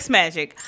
magic